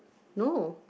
no